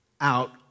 out